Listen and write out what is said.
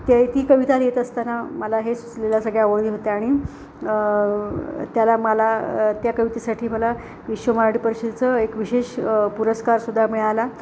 ते ती कविता लिहित असताना मला हे सुचलेल्या सगळ्या ओळी होत्या आणि त्याला मला त्या कवितेसाठी मला विश्व मराठी परिषदेचं एक विशेष पुरस्कारसुद्धा मिळाला